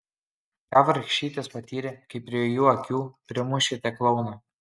ką vargšytės patyrė kai prie jų akių primušėte klouną